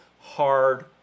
hard